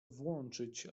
włączyć